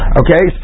okay